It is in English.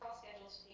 schedules,